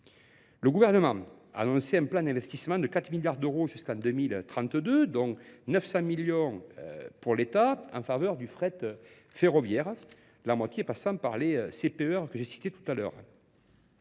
Le gouvernement annonçait un plan d'investissement de 4 milliards d'euros jusqu'en 2032, donc 900 millions pour l'État, en faveur du fret ferroviaire, la moitié passant par les CPEE que j'ai cité tout à l'heure.